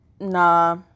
nah